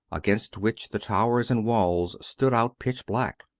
against which the towers and walls stood out pitch black.